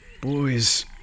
Boys